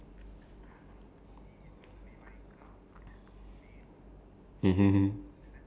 ya cause not a lot of like most of the statues are like either standing or sitting so ya that's one thing ya lying down